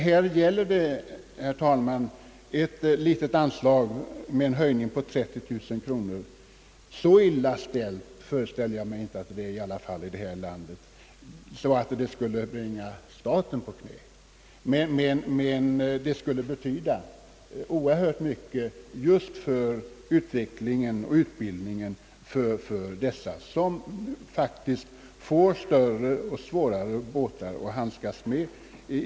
Här gäller det emellertid ett litet anslag och en höjning av detta med endast 30 000 kronor. Så illa ställt föreställer jag mig att det väl ändå inte är här i landet att anvisandet av detta belopp skulle bringa staten på knä. Det skulle emellertid betyda oerhört mycket för utvecklingen på detta område och för utbildningen av dessa människor, som får allt större och allt mer svårskötta båtar att handskas med.